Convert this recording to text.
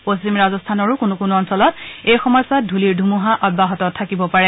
পশ্চিম ৰাজস্থানৰো কোনো কোনো অঞ্চলত এই সময়ছোৱাত ধূলিৰ ধুমুহা অব্যাহত থাকিব পাৰে